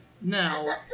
now